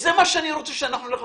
זה הכיוון שאליו אני רוצה שנלך,